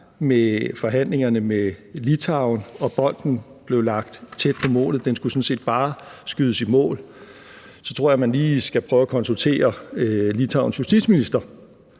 med forhandlingerne med Litauen, og at bolden blev lagt tæt på målet, den skulle sådan set bare skydes i mål, så tror jeg, man lige skal prøve at konsultere Litauens justitsminister,